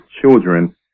children